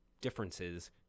differences